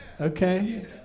Okay